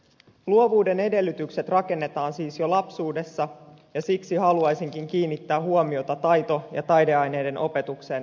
luovuuden edellytykset rakennetaan siis jo lapsuudessa ja siksi haluaisinkin kiinnittää huomiota taito ja taideaineiden opetukseen peruskoulussa